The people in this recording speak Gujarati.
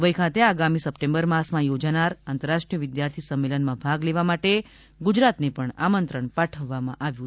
દુબઈ ખાતે આગામી સપ્ટેમ્બર માસમાં યોજાનાર આંતરરાષ્ટ્રીય વિધાર્થી સંમેલનમાં ભાગ લેવા માટે ગુજરાતને પણ આમંત્રણ પાઠવવામાં આવ્યું છે